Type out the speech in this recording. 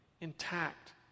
intact